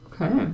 Okay